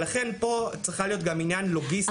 כל הנקודות האלה צריכות להילקח